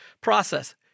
process